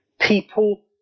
people